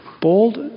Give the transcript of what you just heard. Bold